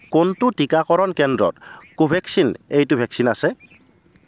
কোনটো টিকাকৰণ কেন্দ্ৰত কোভেক্সিন এইটো ভেকচিন আছে